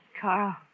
Carl